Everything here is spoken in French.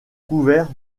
couvert